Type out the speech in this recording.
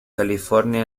california